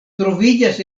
troviĝas